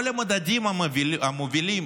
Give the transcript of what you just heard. כל המדדים המובילים